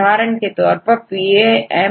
उदाहरण के तौर परPAM 1matrix